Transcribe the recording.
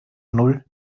null